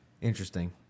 Interesting